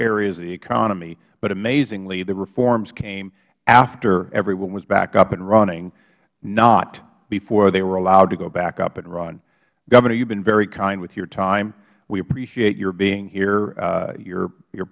areas of the economy but amazingly the reforms came after everyone was back up and running not before they were allowed to go back up and run governor you have been very kind with your time we appreciate your being here you're